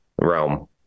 realm